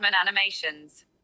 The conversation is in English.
animations